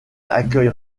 accueille